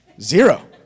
Zero